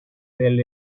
del